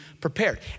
prepared